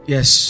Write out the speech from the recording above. Yes